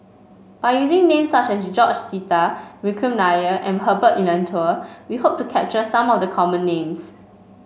by using names such as George Sita Vikram Nair and Herbert Eleuterio we hope to capture some of the common names